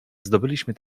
zdobyliśmy